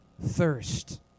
thirst